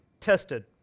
tested